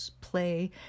play